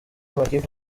makipe